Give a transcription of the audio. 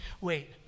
Wait